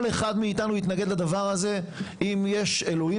כל אחד מאתנו יתנגד לדבר הזה אם יש אלוהים